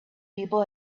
people